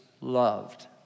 loved